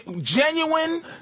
genuine